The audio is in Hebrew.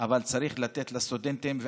אבל צריך לתת לסטודנטים.